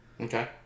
Okay